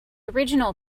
original